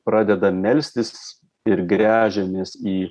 pradeda melstis ir gręžiamės į